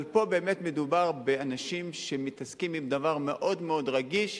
אבל פה באמת מדובר באנשים שמתעסקים בדבר מאוד מאוד רגיש,